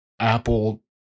Apple